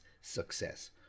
success